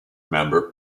member